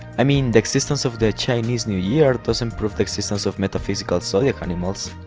i mean the existence of the chinese new year doesn't prove the existence of metaphysical zodiac animals.